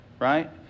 Right